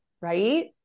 right